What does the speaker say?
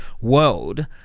world